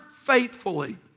faithfully